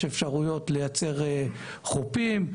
יש אפשרויות לייצר חופים,